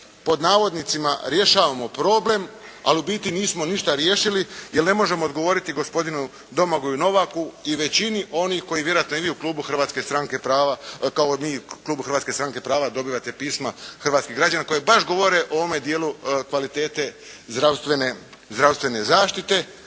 pod navodnicima rješavamo problem, ali u biti nismo ništa riješili jer ne možemo odgovoriti gospodinu Domagoju Novaku i većini onih ko i vjerojatno vi u Klubu Hrvatske stranke prava, kao mi u Klubu Hrvatske stranke prava dobivate pisma hrvatskih građana koje baš govore o ovom dijelu kvalitete zdravstvene,